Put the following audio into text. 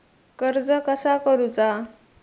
कर्ज कसा करूचा?